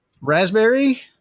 raspberry